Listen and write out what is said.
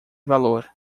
valor